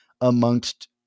amongst